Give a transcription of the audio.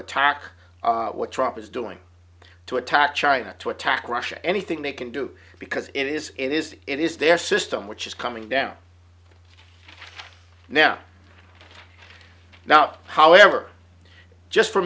attack what trump is doing to attack china to attack russia anything they can do because it is it is it is their system which is coming down now now however just for